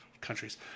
Countries